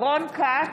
רון כץ,